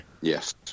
Yes